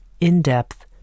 in-depth